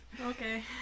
Okay